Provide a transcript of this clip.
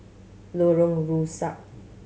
Lorong Rusuk